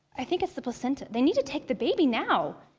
i think it's the placenta. they need to take the baby now.